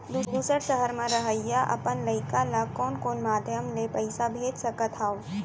दूसर सहर म रहइया अपन लइका ला कोन कोन माधयम ले पइसा भेज सकत हव?